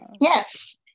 Yes